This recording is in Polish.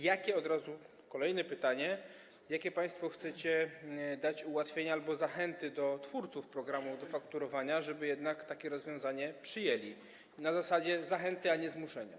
I od razu kolejne pytanie: Jakie państwo chcecie dać ułatwienia albo zachęty dla twórców programu do fakturowania, żeby jednak takie rozwiązanie przyjęli, na zasadzie zachęty, a nie zmuszenia?